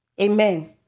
Amen